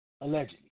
allegedly